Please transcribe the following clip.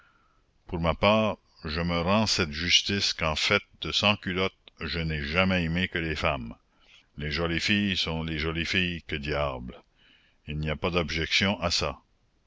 pour ma part je me rends cette justice qu'en fait de sans culottes je n'ai jamais aimé que les femmes les jolies filles sont les jolies filles que diable il n'y a pas d'objection à ça